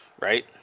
right